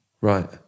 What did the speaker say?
Right